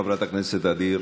חברת הכנסת ע'דיר